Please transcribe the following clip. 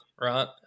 right